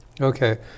Okay